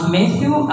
Matthew